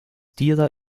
dieser